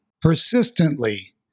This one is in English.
persistently